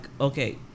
okay